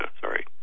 Sorry